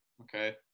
Okay